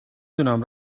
دونم